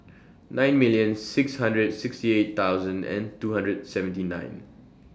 nine million six hundred sixty eight thousand and two hundred seventy nine